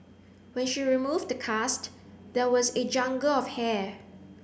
when she removed the cast there was a jungle of hair